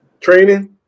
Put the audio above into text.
Training